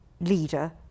leader